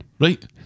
Right